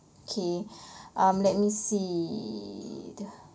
K um let me see th~